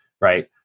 right